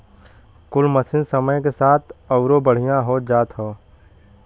कुल मसीन समय के साथ अउरो बढ़िया होत जात हौ